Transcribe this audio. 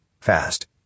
fast